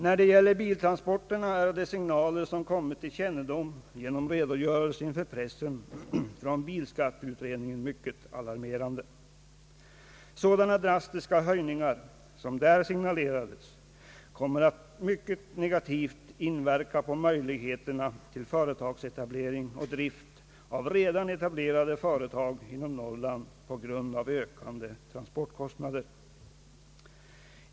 När det gäller biltransporterna är de signaler som blivit kända genom redogörelser inför pressen från bilskatteutredningen mycket alarmerande. Sådana drastiska höjningar som där signalerades kommer att mycket negativt inverka på möjligheterna till företagsetablering och drift av redan etablerade företag inom Norrland på grund av ökande transportkostnader.